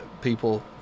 people